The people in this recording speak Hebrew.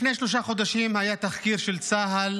לפני שלושה חודשים היה תחקיר של צה"ל